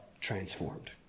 transformed